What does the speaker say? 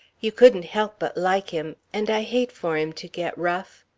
you couldn't help but like him and i hate for him to get rough.